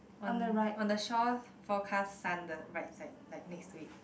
on on the shore for Kasan the right side like next to it